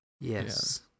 Yes